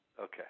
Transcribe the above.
Okay